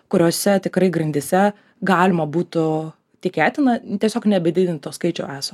kuriose tikrai grandyse galima būtų tikėtina tiesiog nebedidint to skaičio esamo